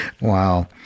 Wow